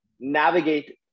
navigate